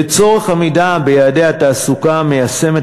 לצורך עמידה ביעדי התעסוקה מיישמת